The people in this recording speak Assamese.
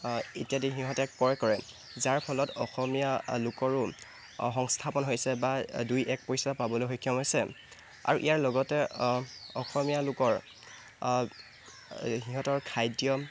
ইত্যাদি সিহঁতে ক্ৰয় কৰে যাৰ ফলত অসমীয়া লোকৰো সংস্থাপন হৈছে বা দুই এক পইচা পাবলৈ সক্ষম হৈছে আৰু ইয়াৰ লগতে অসমীয়া লোকৰ সিহঁতৰ খাদ্য